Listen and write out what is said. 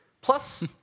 Plus